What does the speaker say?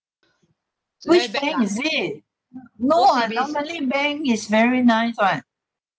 which bank is it no ah normally bank is very nice [what]